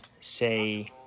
say